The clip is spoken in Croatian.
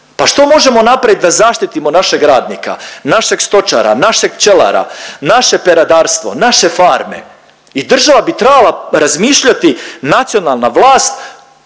Pa što možemo napraviti da zaštitimo našeg radnika, našeg stočara, našeg pčelara, naše peradarstvo, naše farme i država bi trebala razmišljati nacionalna vlast